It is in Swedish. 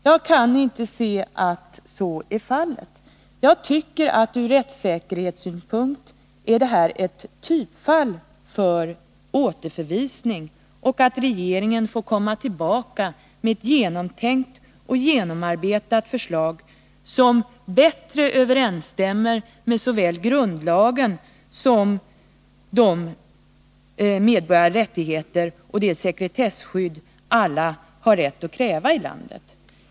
Jag kan inte se att så är fallet. Jag tycker att detta ur rättssäkerhetssynpunkt är ett typfall för återförvisning och att regeringen bör komma tillbaka med ett genomtänkt och genomarbetat förslag, som bättre överensstämmer med såväl grundlagen som de medborgerliga rättigheter och det sekretesskydd alla har rätt att kräva i landet.